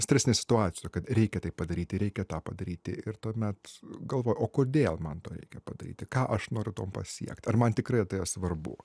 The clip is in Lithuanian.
stresinė situacija kad reikia tai padaryti reikia tą padaryti ir tuomet galvoj o kodėl man to reikia padaryti ką aš noriu tuom pasiekti ar man tikrai tai svarbu